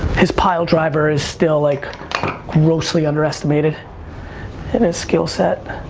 his piledriver is still like grossly underestimated in his skill set.